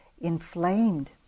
inflamed